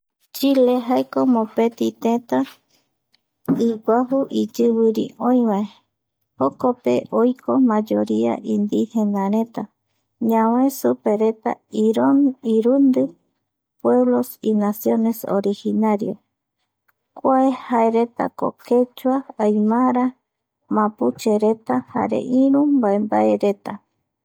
Chile jaeko mopeti tëta iguaju iyiviri oïvae jokope oiko mayoria indígenareta ñavae supereta irundi pueblos y naciones originario kua jaeretako quuechua aimara mapuchereta jare iru mbae, mbaereta